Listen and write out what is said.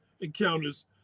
encounters